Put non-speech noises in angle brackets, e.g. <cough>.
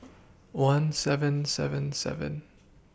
one seven seven seven <noise>